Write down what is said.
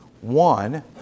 One